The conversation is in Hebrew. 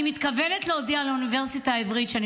אני מתכוונת להודיע לאוניברסיטה העברית שאני